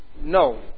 No